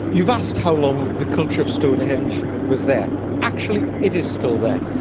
you've asked how long the culture of stonehenge was there. actually it is still there.